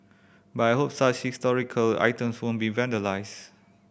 but I hope such historical items won't be vandalised